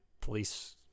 police